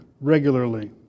regularly